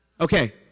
Okay